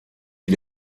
wie